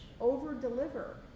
Over-deliver